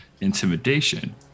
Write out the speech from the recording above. intimidation